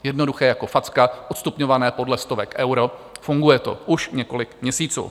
Jednoduché jako facka, odstupňované podle stovek euro, funguje to už několik měsíců.